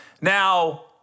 Now